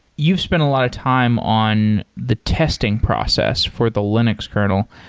you've spent a lot of time on the testing process for the linux kernel.